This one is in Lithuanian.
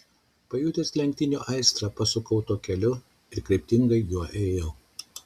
pajutęs lenktynių aistrą pasukau tuo keliu ir kryptingai juo ėjau